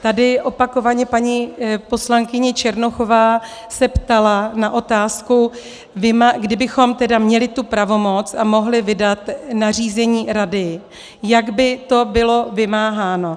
Tady opakovaně paní poslankyně Černochová se ptala na otázku, kdybychom měli tu pravomoc a mohli vydat nařízení rady, jak by to bylo vymáháno.